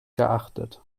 geachtet